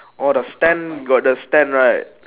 oh the stand got the stand right